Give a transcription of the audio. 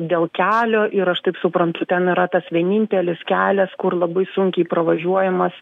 dėl kelio ir aš taip suprantu ten yra tas vienintelis kelias kur labai sunkiai pravažiuojamas